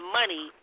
money